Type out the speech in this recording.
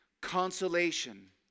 Consolation